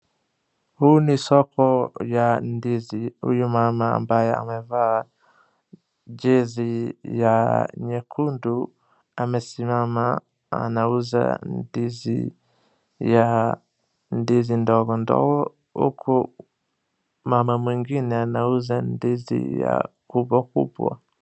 Huu ni soko ya ndizi, huyu mama ambaye amevaa jezi ya nyekundu amesimama anauza ndizi ya ndizi ndogo ndogo huku mama mwingine anauza ndizi ya kubwa kubwa.